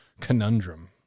conundrum